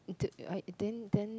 the I then then